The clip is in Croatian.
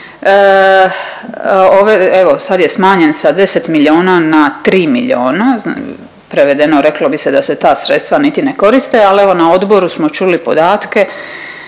sad je smanjen sa 10 miliona na 3 miliona, prevedeno reklo bi se da se ta sredstva niti ne koriste ali evo na odboru smo čuli podatke